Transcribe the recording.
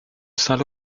saint